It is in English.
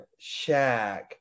Shaq